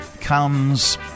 comes